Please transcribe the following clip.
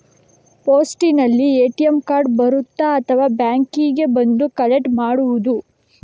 ಪೋಸ್ಟಿನಲ್ಲಿ ATM card ಬರುತ್ತಾ ಅಥವಾ ಬ್ಯಾಂಕಿಗೆ ಬಂದು ಕಲೆಕ್ಟ್ ಮಾಡುವುದು?